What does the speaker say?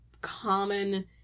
common